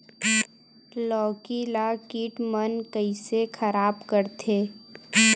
लौकी ला कीट मन कइसे खराब करथे?